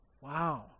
Wow